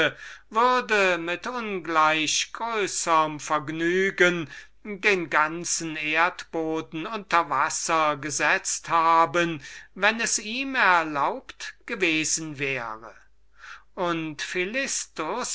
würde mit ungleich größerm vergnügen den ganzen erdboden unter wasser gesetzt haben wenn er gewalt dazu gehabt hätte und